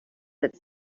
that